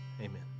Amen